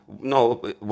No